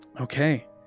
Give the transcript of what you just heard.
Okay